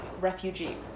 refugee